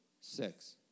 six